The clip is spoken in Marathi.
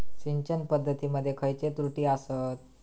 सिंचन पद्धती मध्ये खयचे त्रुटी आसत?